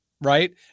right